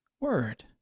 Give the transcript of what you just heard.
word